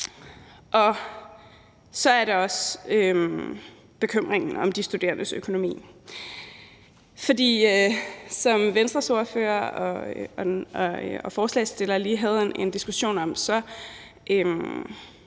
Så er der også bekymringen for de studerendes økonomi, for som Venstres ordfører og ordføreren for forslagsstillerne lige havde en diskussion om, har